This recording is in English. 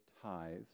tithes